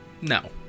No